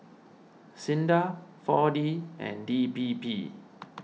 Sinda four D and D P P